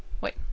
Wait